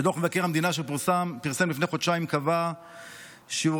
כשדוח מבקר המדינה שפורסם לפני חודשיים קובע ששיעורי